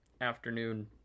afternoon